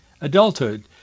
adulthood